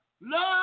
Lord